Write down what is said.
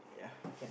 yeah can